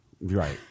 Right